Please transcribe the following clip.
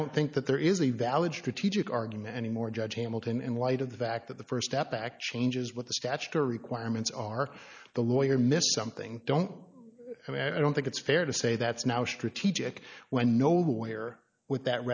don't think that there is a valid strategic argument anymore judge hamilton in light of the fact that the st step back changes what the statutory requirements are the lawyer missed something don't and i don't think it's fair to say that's now strategic when nowhere with that